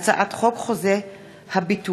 הצעת חוק חוזה הביטוח